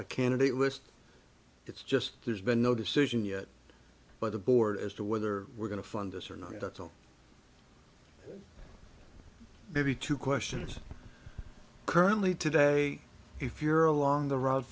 it a candidate list it's just there's been no decision yet by the board as to whether we're going to fund this or not that's all maybe two questions currently today if you're along the ro